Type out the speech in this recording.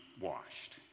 washed